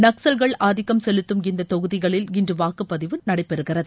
நக்சல்கள் ஆதிக்கம் செலுத்தும் இந்த தொகுதிகளில் இன்று வாக்குப்பதிவு நடைபெறுகிறது